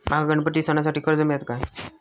माका गणपती सणासाठी कर्ज मिळत काय?